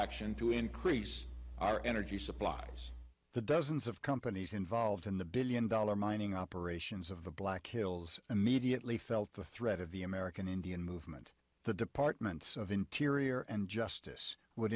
action to increase our energy supplies the dozens of companies involved in the billion dollar mining operations of the black hills immediately felt the threat of the american indian movement the departments of interior and justice would